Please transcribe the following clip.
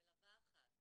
מלווה אחת.